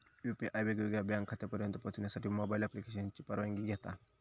UPI वेगवेगळ्या bank खात्यांपर्यंत पोहचण्यासाठी मोबाईल ॲप्लिकेशनची परवानगी घेता